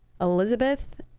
elizabeth